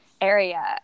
area